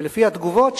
ולפי התגובות,